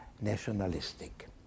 nationalistic